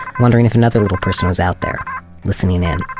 wondering if another little person was out there listening in,